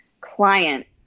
client